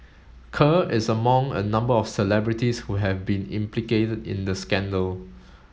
kerr is among a number of celebrities who have been implicated in the scandal